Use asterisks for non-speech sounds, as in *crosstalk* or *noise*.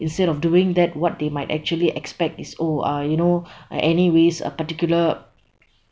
instead of doing that what they might actually expect is oh uh you know *breath* uh anyways a particular